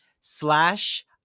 slash